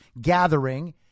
gathering